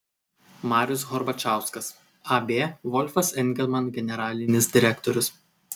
marius horbačauskas ab volfas engelman generalinis direktorius